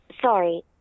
Sorry